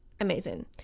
amazing